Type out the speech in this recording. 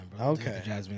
Okay